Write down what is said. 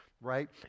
right